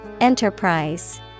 Enterprise